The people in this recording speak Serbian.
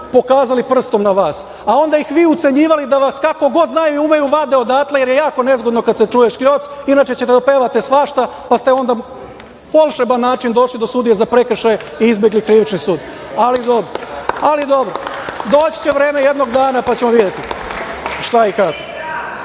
pokazali prstom na vas, a onda ih vi ucenjivali da vas kako god znaju i umeju vade odatle, jer je jako nezgodno kad se čuje škljoc, inače ćete da opevate svašta, pa ste onda na volšeban način došli do sudije za prekršaje i izbegli krivični sud, ali dobro. Doći će vreme jednog dana, pa ćemo videti šta i